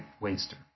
waster